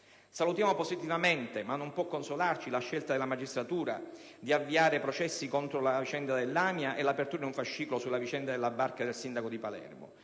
Salutiamo positivamente, anche se non può consolarci, la scelta della magistratura di avviare processi contro la vicenda dell'AMIA e l'apertura di un fascicolo sulla vicenda della barca del sindaco di Palermo.